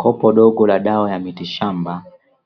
Kopo dogo la dawa ya miti shamba